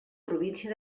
província